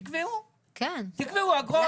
תקבעו, תקבעו אגרות.